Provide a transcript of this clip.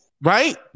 right